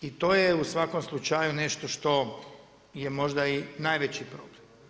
I to je u svakom slučaju nešto što je možda i najveći problem.